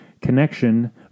connection